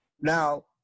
Now